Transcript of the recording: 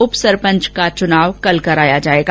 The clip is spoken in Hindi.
उपसरपंच का चुनाव कल कराया जायेगा